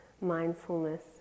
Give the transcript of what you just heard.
mindfulness